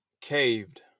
caved